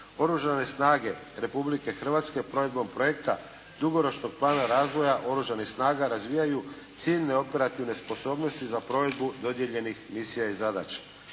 Oružane snage Republike Hrvatske provedbom projekta Dugoročnog plana razvoja Oružanih snaga razvijaju ciljne operativne sposobnosti za provedbu dodijeljenih misija i zadaća.